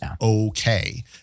okay